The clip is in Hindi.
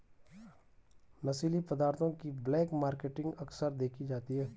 नशीली पदार्थों की ब्लैक मार्केटिंग अक्सर देखी जाती है